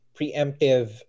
preemptive